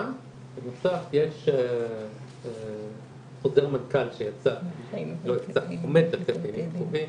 בנוסף יש חוזר מנכ"ל שעומד לצאת בימים הקרובים,